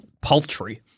paltry